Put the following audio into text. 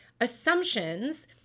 assumptions